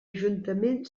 ajuntament